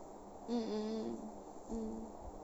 mm mm mm mm